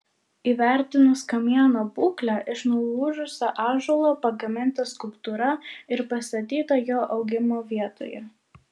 įvertinus kamieno būklę iš nulūžusio ąžuolo pagaminta skulptūra ir pastatyta jo augimo vietoje